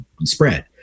spread